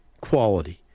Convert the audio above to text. quality